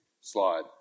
slide